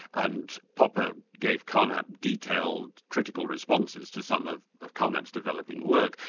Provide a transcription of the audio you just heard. and popper gave carnap detailed critical responses to some of of carnap's developing work.